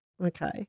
Okay